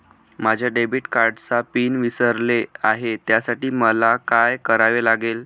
माझ्या डेबिट कार्डचा पिन विसरले आहे त्यासाठी मला काय करावे लागेल?